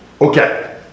Okay